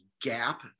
gap